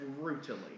Brutally